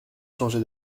changé